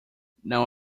não